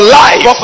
life